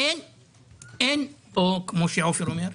כמו שעופר אומר,